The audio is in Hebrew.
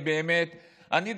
אני,